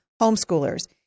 homeschoolers